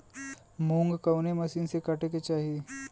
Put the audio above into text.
मूंग कवने मसीन से कांटेके चाही?